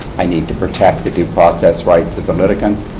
i need to protect the due process rights of the litigants,